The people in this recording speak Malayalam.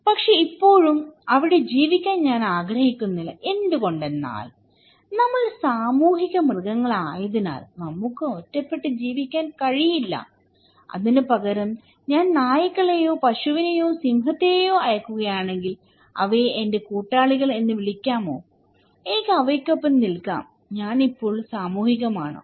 പക്ഷേ ഇപ്പോഴും അവിടെ ജീവിക്കാൻ ഞാൻ ആഗ്രഹിക്കുന്നില്ല എന്തുകൊണ്ടെന്നാൽ നമ്മൾ സാമൂഹിക മൃഗങ്ങളായതിനാൽ നമുക്ക് ഒറ്റപ്പെട്ട് ജീവിക്കാൻ കഴിയില്ല അതിനു പകരം ഞാൻ നായ്ക്കളെയോ പശുവിനെയോ സിംഹത്തെയോ അയയ്ക്കുകയാണെങ്കിൽ അവയെ എന്റെ കൂട്ടാളികൾ എന്ന് വിളിക്കാമോ എനിക്ക് അവയ്ക്കൊപ്പം നിൽക്കാം ഞാൻ ഇപ്പോൾ സാമൂഹികമാണോ